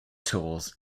tools